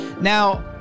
Now